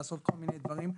לעשות כל מיני דברים,